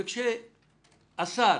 כשהשר,